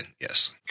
yes